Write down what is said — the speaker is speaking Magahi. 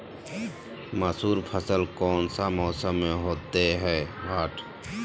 मसूर फसल कौन सा मौसम में होते हैं?